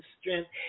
strength